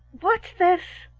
what's this?